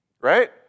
right